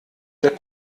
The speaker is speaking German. der